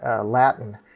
Latin